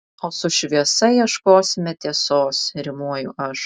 o su šviesa ieškosime tiesos rimuoju aš